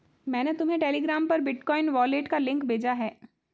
मैंने तुम्हें टेलीग्राम पर बिटकॉइन वॉलेट का लिंक भेजा है